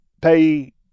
pay